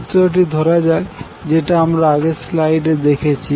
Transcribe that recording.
চিত্রটি ধরা যাক যেটা আমরা আগের স্লাইডে দেখেছি